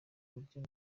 uburyo